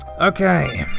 Okay